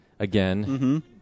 Again